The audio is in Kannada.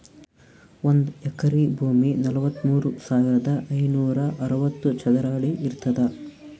ಒಂದ್ ಎಕರಿ ಭೂಮಿ ನಲವತ್ಮೂರು ಸಾವಿರದ ಐನೂರ ಅರವತ್ತು ಚದರ ಅಡಿ ಇರ್ತದ